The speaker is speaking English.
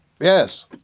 Yes